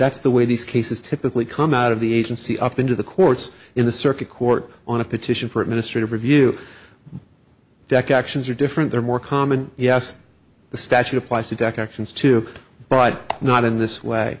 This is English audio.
that's the way these cases typically come out of the agency up into the courts in the circuit court on a petition for administrative review dec actions are different they're more common yes the statute applies to decorations too but not in this way